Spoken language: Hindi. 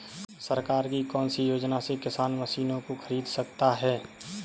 सरकार की कौन सी योजना से किसान मशीनों को खरीद सकता है?